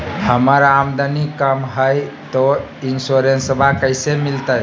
हमर आमदनी कम हय, तो इंसोरेंसबा कैसे मिलते?